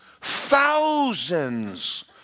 thousands